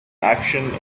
action